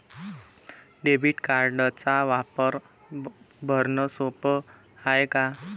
Debit कार्डचा वापर भरनं सोप हाय का?